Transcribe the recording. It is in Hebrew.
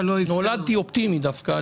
נולדתי אופטימי דווקא.